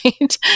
right